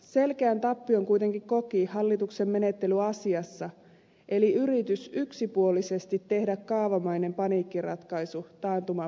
selkeän tappion kuitenkin koki hallituksen menettely asiassa eli yritys yksipuolisesti tehdä kaavamainen paniikkiratkaisu taantuman varjolla